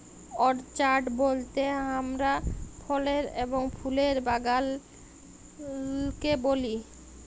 orchard বলতে হামরা ফলের এবং ফুলের বাগালকে বুঝি